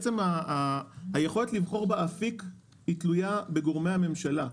והיכולת לבחור באפיק תלויה בגורמי הממשלה,